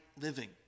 living